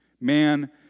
Man